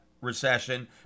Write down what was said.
recession